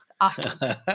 awesome